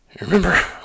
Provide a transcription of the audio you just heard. remember